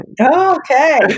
okay